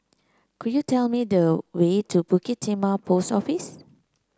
could you tell me the way to Bukit Timah Post Office